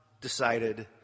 decided